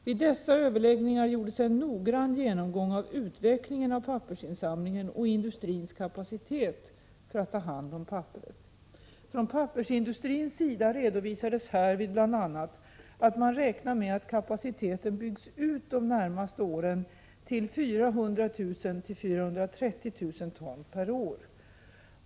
Vid dessa överläggningar gjordes en noggrann genomgång av utvecklingen av pappersinsamlingen och industrins kapacitet för att ta hand om papperet. Från pappersindustrins sida redovisades härvid bl.a. att man räknar med att kapaciteten byggs ut de närmaste åren till 400 000-430 000 ton/år.